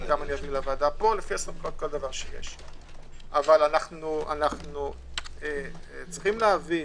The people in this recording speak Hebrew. אבל אנחנו צריכים להבין,